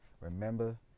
Remember